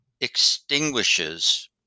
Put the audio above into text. extinguishes